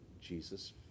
Jesus